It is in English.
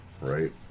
Right